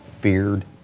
feared